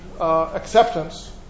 acceptance